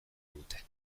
dute